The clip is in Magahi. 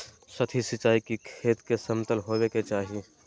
सतही सिंचाई के खेत के समतल होवे के चाही